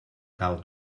cal